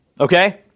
Okay